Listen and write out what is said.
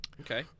Okay